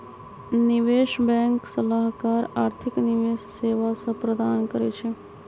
निवेश बैंक सलाहकार आर्थिक निवेश सेवा सभ प्रदान करइ छै